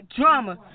Drama